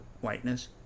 whiteness